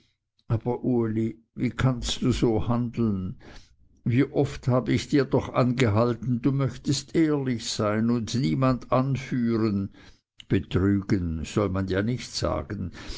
aber uli wie kannst du so handeln wie oft habe ich dir doch angehalten du möchtest ehrlich sein und niemand anführen betrügen soll man ja nicht sagen